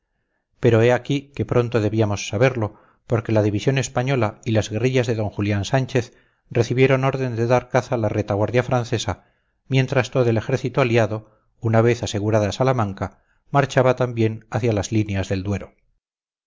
pero he aquí que pronto debíamos saberlo porque la división española y las guerrillas de d julián sánchez recibieron orden de dar caza a la retaguardia francesa mientras todo el ejército aliado una vez asegurada salamanca marchaba también hacia las líneas del duero